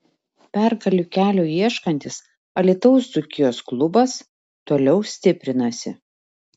pergalių kelio ieškantis alytaus dzūkijos klubas toliau stiprinasi